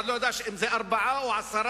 אף אחד לא ידע אם זה ארבעה או עשרה.